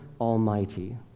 Almighty